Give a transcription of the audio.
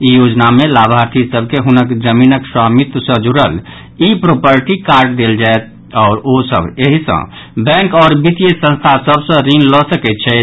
ई योजना मे लाभार्थी सभ के हनक जमीनक स्वामित्व सँ जुड़ल ई प्रोपर्टी कार्ड देल जायत आओर ओ सभ एहि सँ बैंक आओर वित्तीय संस्था सभ सँ ऋण लऽ सकैत छथि